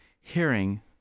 hearing